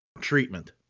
treatment